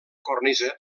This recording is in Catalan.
cornisa